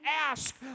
ask